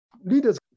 Leaders